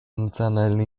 национальная